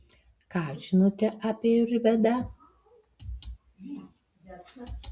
ką žinote apie ajurvedą